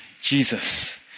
Jesus